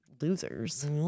Losers